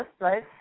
right